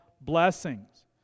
blessings